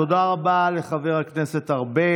תודה רבה לחבר הכנסת ארבל.